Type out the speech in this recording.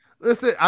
Listen